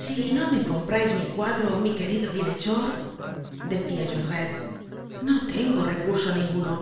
si no me comprais mi cuadro mi querido bienhechor decia jondrette no tengo recurso ninguno